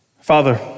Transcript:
Father